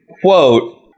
quote